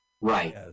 Right